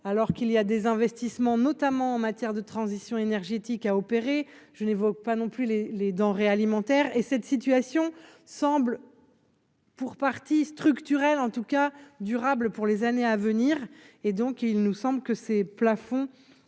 alors qu'il y a des investissements, notamment en matière de transition énergétique a opéré, je n'évoque pas non plus les les denrées alimentaires et cette situation semble. Pour partie structurelle, en tout cas durable pour les années à venir, et donc il nous semble que ces plafonds